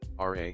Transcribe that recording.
RA